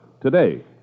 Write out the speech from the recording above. today